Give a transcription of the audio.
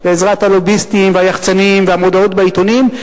בעזרת הלוביסטים והיחצנים והמודעות בעיתונים,